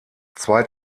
zwei